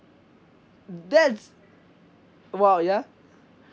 mm that's !wow! ya